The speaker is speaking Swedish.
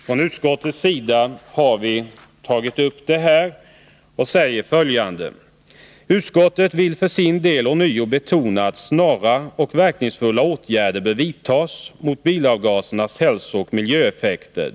Från utskottets sida anför vi följande i nämnda betänkande: ”Utskottet vill för sin del ånyo betona att snara och verkningsfulla åtgärder bör vidtas mot bilavgasers hälsooch miljöeffekter.